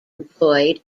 employed